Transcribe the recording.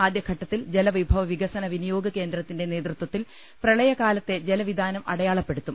ആദ്യഘട്ടത്തിൽ ജലവിഭവ വിക സന വിനിയോഗ കേന്ദ്രത്തിന്റെ നേതൃത്വത്തിൽ പ്രളയ കാലത്തെ ജലവിതാനം അടയാളപ്പെടുത്തും